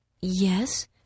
Yes